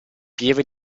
pieve